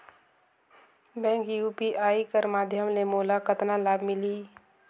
Bank UPI कर माध्यम ले मोला कतना लाभ मिली?